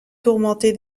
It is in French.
tourmentée